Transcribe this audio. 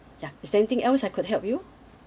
ya is there anything else I could help you